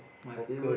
my favourite